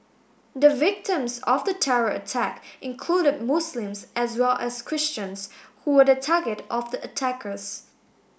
the victims of the terror attack included Muslims as well as Christians who were the target of the attackers